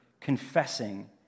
confessing